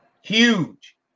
Huge